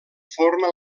forma